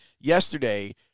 yesterday